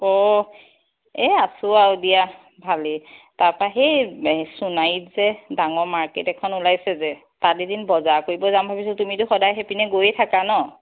অ এই আছোঁ আৰু দিয়া ভালেই তাৰপৰা সেই সোণাৰীত যে ডাঙৰ মাৰ্কেট এখন ওলাইছে যে তাত এদিন বজাৰ কৰিব যাম ভাবিছোঁ তুমিতো সদায় সেইপিনে গৈয়ে থাকা ন'